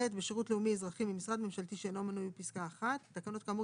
בשירות לאומי-אזרחי ממשרד ממשלתי שאינו מנוי בפסקה (1); התקנות כאמור